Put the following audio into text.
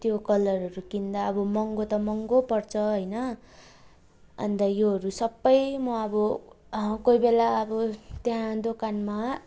त्यो कलरहरू किन्दा अब महँगो त महँगो पर्छ होइन अन्त योहरू सबै म अब कही बेला अब त्यहाँ दोकानमा